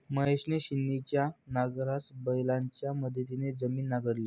महेशने छिन्नीच्या नांगरासह बैलांच्या मदतीने जमीन नांगरली